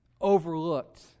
overlooked